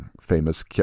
famous